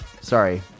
sorry